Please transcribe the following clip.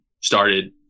started